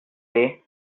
way